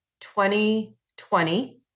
2020